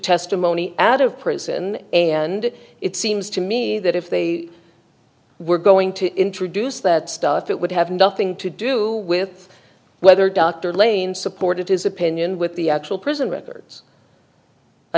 testimony out of prison and it seems to me that if they were going to introduce that stuff it would have nothing to do with whether dr lane supported his opinion with the actual prison records i